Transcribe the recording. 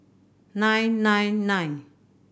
nine nine nine